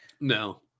No